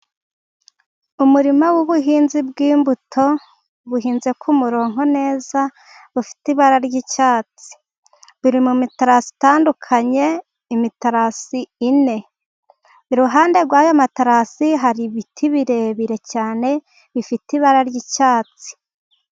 Umurima w'ubuhinzi bw'imbuto buhinze ku murongo neza bufite ibara ry'icyatsi. Biri mu matarasi atandukanye, amatarasi ane. Iruhande rw'ayo matarasi hari ibiti birebire cyane, bifite ibara ry'icyatsi.